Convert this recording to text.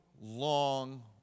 long